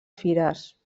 fires